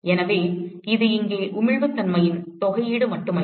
எனவே இது இங்கே உமிழ்வுத்தன்மையின் தொகையீடு மட்டுமல்ல